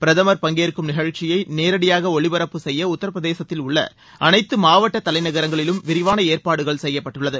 பிரதமா் பங்கேற்கும் நிகழ்ச்சியை நேரடியாக ஒளிபரப்பு செய்ய உத்தர பிரதேசத்தில் உள்ள அனைத்து மாவட்ட தலைநகரஙகளிலும் விரிவான ஏற்பாடு செய்யப்பட்டுள்ளது